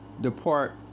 depart